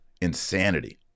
insanity